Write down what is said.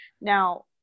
Now